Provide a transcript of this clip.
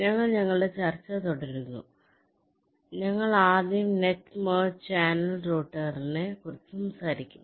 ഞങ്ങൾ ഞങ്ങളുടെ ചർച്ച തുടരുന്നു ഞങ്ങൾ ആദ്യം നെറ്റ് മെർജ് ചാനൽ റൂട്ടറിനെ കുറിച്ച് സംസാരിക്കും